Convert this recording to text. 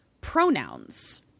pronouns